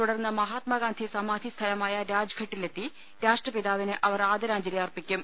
തുടർന്ന് മഹാത്മാഗാന്ധി സമാധി സ്ഥലമായ രാജ്ഘട്ടിലെത്തി രാഷ്ട്രപിതാവിന് അവർ ആദരാഞ്ജലി അർപ്പിക്കും